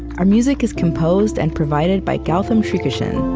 our music is composed and provided by gautam srikishan.